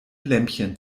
lämpchen